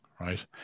right